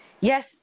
Yes